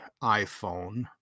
iPhone